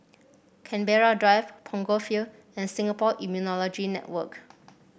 Canberra Drive Punggol Field and Singapore Immunology Network